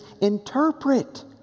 Interpret